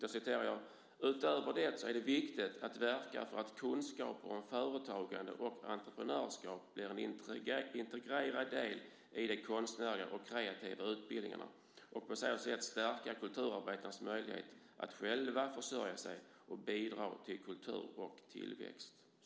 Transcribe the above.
Vidare sade hon att "utöver det är det viktigt att verka för att kunskaper om företagande och entreprenörskap blir en integrerad del i de konstnärliga och kreativa utbildningarna och på så sätt stärka kulturarbetarnas möjlighet att själva försörja sig och bidra till kultur och tillväxt".